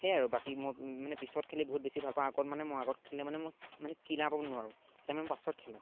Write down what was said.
সেই আৰু বাকী মই মানে পিছত খেলি বহুত বেছি ভাল পাওঁ আগত মানে মই আগত খেলিলে মানে মই মানে কিলাব নোৱাৰোঁ তেতিয়া মানে মই পাছত খেলোঁ